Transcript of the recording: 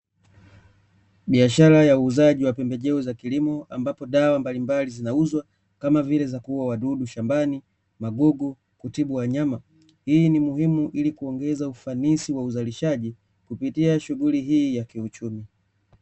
Biashara ya uuzaji wa pembejeo za kilimo ambapo dawa mbalimbali zinauzwa kama vile za kuua wadudu shambani, magugu, kutibu wanyama, hii ni muhimu ili kuongeza ufanisi wa uzalishaji kupitia shughuli hii ya kiuchumi.